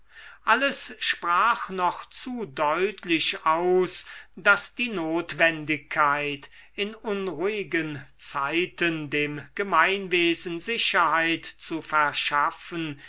alles sprach noch zu deutlich aus daß die notwendigkeit in unruhigen zeiten dem gemeinwesen sicherheit zu verschaffen